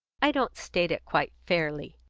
i don't state it quite fairly.